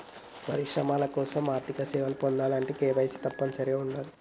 పరిశ్రమల కోసం ఆర్థిక సేవలను పొందాలంటే కేవైసీ తప్పనిసరిగా ఉండాలే